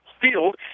field